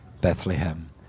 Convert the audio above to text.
Bethlehem